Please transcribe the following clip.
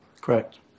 Correct